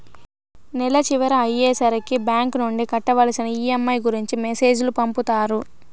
నెల చివర అయ్యే సరికి బ్యాంక్ నుండి కట్టవలసిన ఈ.ఎం.ఐ గురించి మెసేజ్ లు పంపుతారు